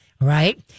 right